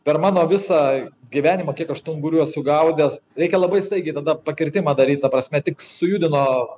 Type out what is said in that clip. per mano visą gyvenimą kiek aš tų ungurių esu sugaudęs reikia labai staigiai tada pakirtimą daryt ta prasme tik sujudino